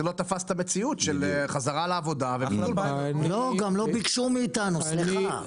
גם לא ביקשו מאתנו, סליחה.